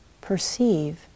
perceive